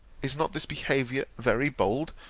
is not this behaviour very bold,